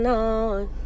on